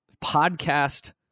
podcast